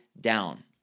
down